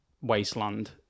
wasteland